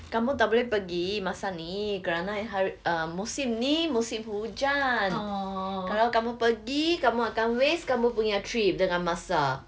kamu tak boleh pergi masa ni kerana hari uh musim ni musim hujan kalau kamu pergi kamu akan waste kamu punya trip dan kamu punya masa